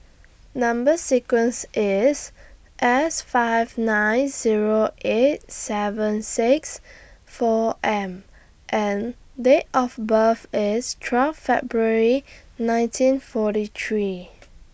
Number sequence IS S five nine Zero eight seven six four M and Date of birth IS twelve February nineteen forty three